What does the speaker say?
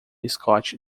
scott